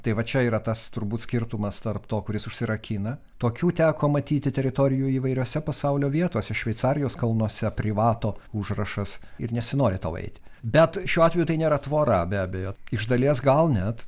tai va čia yra tas turbūt skirtumas tarp to kuris užsirakina tokių teko matyti teritorijų įvairiose pasaulio vietose šveicarijos kalnuose privato užrašas ir nesinori tau eiti bet šiuo atveju tai nėra tvora be abejo iš dalies gal net